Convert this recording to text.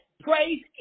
praise